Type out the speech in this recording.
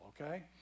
okay